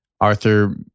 Arthur